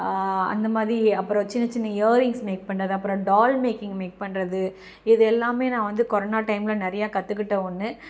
அந்தமாதிரி அப்புறம் சின்ன சின்ன இயரிங்ஸ் மேக் பண்ணுறது அப்புறம் டால் மேக்கிங் மேக் பண்ணுறது இது எல்லாமே நான் வந்து கொரோனா டைம்ல நிறைய கற்றுக்கிட்ட ஒன்று